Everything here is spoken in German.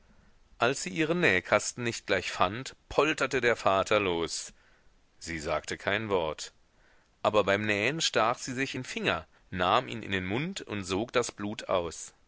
als sie ihren nähkasten nicht gleich fand polterte der vater los sie sagte kein wort aber beim nähen stach sie sich in den finger nahm ihn in den mund und sog das blut aus